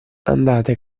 andate